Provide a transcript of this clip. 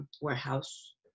warehouse